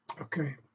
okay